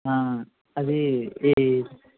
ఆ అది ఈ